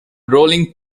rolling